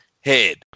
head